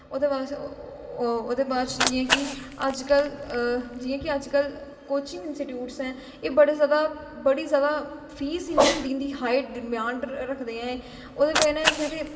ओह्दे बास्तै ओह्दे बाद च जियां कि अज्जकल जियां कि अज्जकल कोचिंग इन्सीट्यूटस ऐ एह् बड़े ज्यादा बड़ी ज्यादा फीस इन्नी होंदी इं'दी हाई म्यान पर रखदे ऐ ओह्दी बजह कन्नै केह् आखदे